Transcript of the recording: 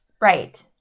right